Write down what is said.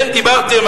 אתם דיברתם,